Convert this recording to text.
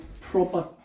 proper